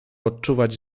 odczuwać